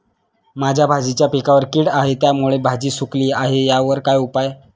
माझ्या भाजीच्या पिकावर कीड आहे त्यामुळे भाजी सुकली आहे यावर काय उपाय?